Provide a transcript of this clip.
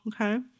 Okay